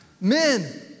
men